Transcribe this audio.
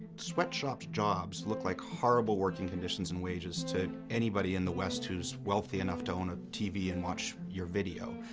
sweatshop jobs look like horrible working conditions and wages to anybody in the west who's wealthy enough to own a tv and watch your video.